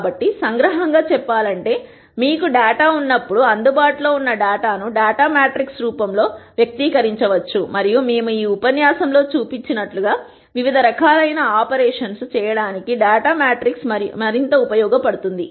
కాబట్టి సంగ్రహంగా చెప్పాలంటే మీకు డేటా ఉన్నప్పుడు అందుబాటులో ఉన్న డేటాను డేటా మ్యాట్రిక్స్ రూపంలో వ్యక్తీకరించవచ్చు మరియు మేము ఈ ఉపన్యాసంలో చూసినట్లుగా వివిధ రకాలైన ఆపరేషన్లు చేయడానికి డేటా మ్యాట్రిక్స్ మరింత ఉపయోగపడుతుంది